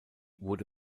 wurde